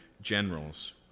generals